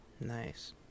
Nice